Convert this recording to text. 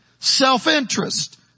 Self-interest